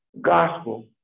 Gospel